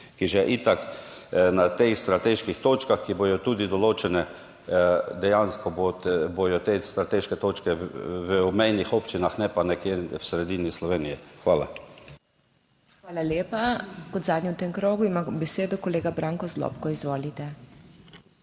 ki že itak na teh strateških točkah, ki bodo tudi določene, dejansko bodo te strateške točke v obmejnih občinah, ne pa nekje v sredini Slovenije. Hvala. **PODPREDSEDNICA MAG. MEIRA HOT:** Hvala lepa. Kot zadnji v tem krogu ima besedo kolega Branko Zlobko. Izvolite.